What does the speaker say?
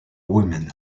women